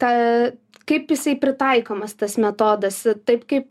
ta kaip jisai pritaikomas tas metodas taip kaip